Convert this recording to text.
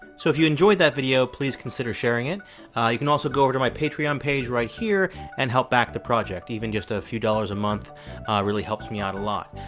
so if you enjoyed that video, please consider sharing it you can also go over to my patreon page right here and help back the project. even just a few dollars a month really helps me out a lot.